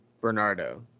Bernardo